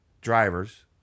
drivers